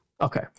Okay